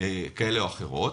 כאלה או אחרות,